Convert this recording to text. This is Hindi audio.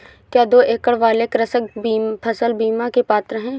क्या दो एकड़ वाले कृषक फसल बीमा के पात्र हैं?